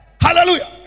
Hallelujah